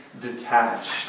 detached